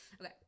Okay